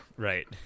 Right